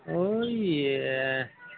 ওই